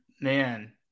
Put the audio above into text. man